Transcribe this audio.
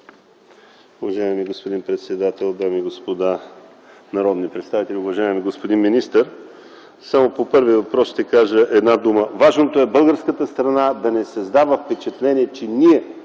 Уважаеми господин председател, дами и господа народни представители, уважаеми господин министър! По първия въпрос ще кажа една дума: важното е българската страна да не създава впечатление, че ние